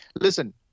listen